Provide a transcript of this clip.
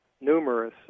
numerous